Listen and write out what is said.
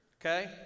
okay